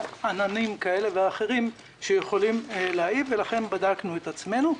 עננים כאלה ואחרים שיכולים להעיב ולכן בדקנו את עצמנו.